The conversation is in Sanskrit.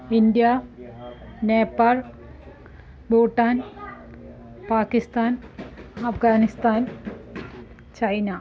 India Nepal Bhutan Pakistan Afghanistan China